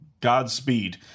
Godspeed